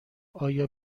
آیا